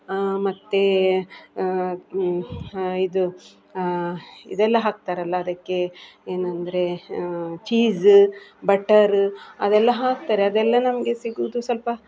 ಮತ್ತು ಇದು ಇದೆಲ್ಲ ಹಾಕ್ತಾರಲ್ಲ ಅದಕ್ಕೆ ಏನೆಂದರೆ ಚೀಸ್ ಬಟರ್ ಅವೆಲ್ಲ ಹಾಕ್ತಾರೆ ಅದೆಲ್ಲ ನಮಗೆ ಸಿಗೋದು ಸ್ವಲ್ಪ